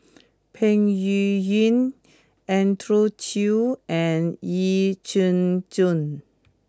Peng Yuyun Andrew Chew and Yee Jenn Jong